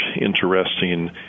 interesting